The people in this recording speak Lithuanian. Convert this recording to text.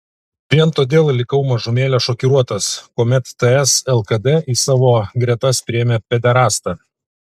vien todėl likau mažumėlę šokiruotas kuomet ts lkd į savo gretas priėmė pederastą